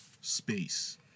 space